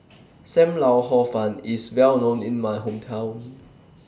SAM Lau Hor Fun IS Well known in My Hometown